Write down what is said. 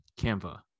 Canva